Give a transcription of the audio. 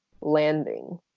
landing